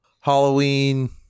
Halloween